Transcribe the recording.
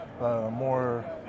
more